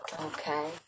Okay